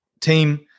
team